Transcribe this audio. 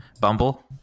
bumble